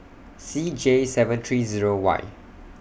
C J seven three Zero Y